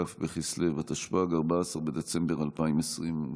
כ' בכסלו התשפ"ג (14 בדצמבר 2022)